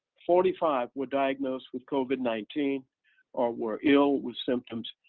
forty five were diagnosed with covid nineteen or were ill with symptoms.